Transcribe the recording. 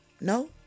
No